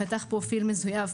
פתח פרופיל מזוייף,